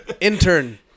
Intern